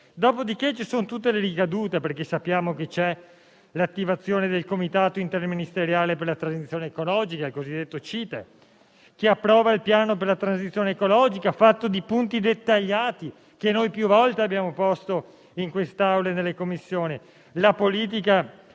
dopodiché ci sono tutte le ricadute, perché sappiamo che c'è l'attivazione del Comitato interministeriale per la transizione ecologica, il cosiddetto CITE, che approva il piano per la transizione ecologica fatto di punti dettagliati, che noi più volte abbiamo posto in quest'Aula e nelle Commissioni: